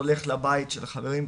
הולך לבית של חברים,